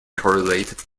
correlated